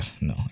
no